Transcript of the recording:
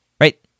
right